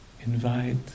Invite